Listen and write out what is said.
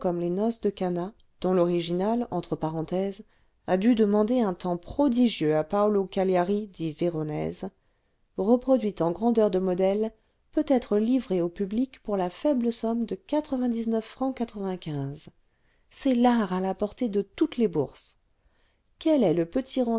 les noces de cana dont l'original entre parenthèses a dû demander un temps prodigieux à paolô cabari dit véronèse reproduite en grandeur de modèle peut être livrée au public pour la faible somme de fr c'est l'art à la portée de toutes les bourses quel est le petit